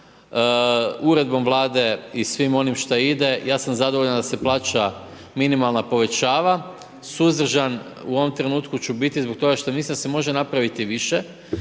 uredbom Vlade i svim oni što ide, ja sam zadovoljan da se plaća minimalna povećava, suzdržan u ovom trenutku ću biti, što mislim da se može napraviti više,